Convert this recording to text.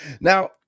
Now